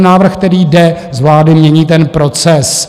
Návrh, který jde z vlády, mění ten proces.